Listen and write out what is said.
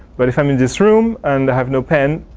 but if i'm in this room, and have no pen,